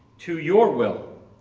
to your will.